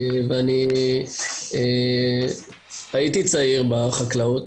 ואני הייתי צעיר בחקלאות,